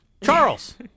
charles